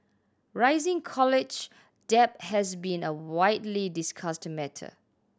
rising college debt has been a widely discussed matter